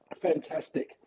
fantastic